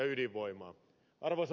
arvoisa puhemies